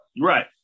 Right